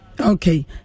Okay